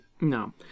No